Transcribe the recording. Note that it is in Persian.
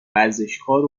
ورزشکار